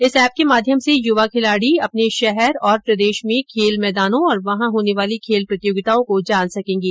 इस ऐप के माध्यम से युवा खिलाडी अपने शहर और प्रदेश में खेल मैदानों और वहां होने वाली खेल प्रतियोगिताओं को जान सकेंगे